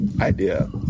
idea